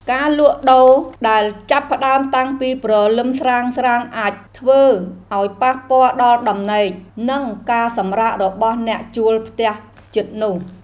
ការលក់ដូរដែលចាប់ផ្តើមតាំងពីព្រលឹមស្រាងៗអាចធ្វើឱ្យប៉ះពាល់ដល់ដំណេក និងការសម្រាករបស់អ្នកជួលផ្ទះជិតនោះ។